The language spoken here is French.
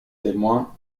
témoin